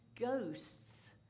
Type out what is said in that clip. ghosts